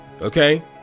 Okay